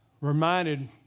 reminded